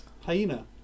hyena